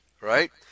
right